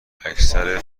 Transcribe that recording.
اکثر